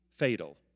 fatal